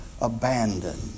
abandoned